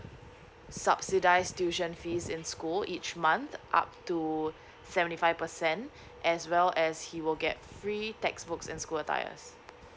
subsidised tuition fees in school each month up to seventy five percent as well as he will get free textbooks and school attires